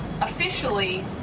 officially